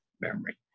memory